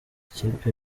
ikipe